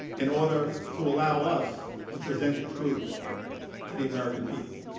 in order to allow us to present the truth to the american people.